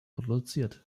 produziert